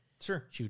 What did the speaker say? Sure